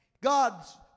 God's